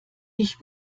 ich